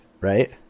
right